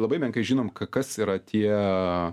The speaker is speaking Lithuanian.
labai menkai žinom ka kas yra tie